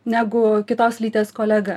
negu kitos lyties kolega